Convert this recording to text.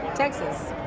texas.